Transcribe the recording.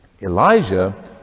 Elijah